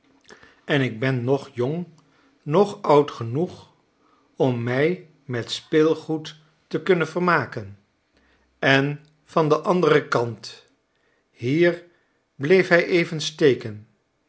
en ik ben noch jong noch oud genoeg om mij met speelgoed te kunnen vermaken en van den anderen kant hier bleef hij even steken